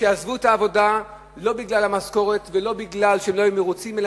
שעזבו את העבודה לא בגלל המשכורת ולא כי הם לא היו מרוצים,